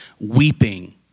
weeping